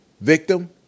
victim